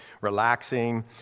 relaxing